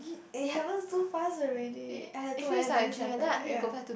it happens too fast already I have too many things happen ya